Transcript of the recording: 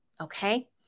okay